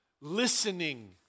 Listening